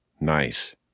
nice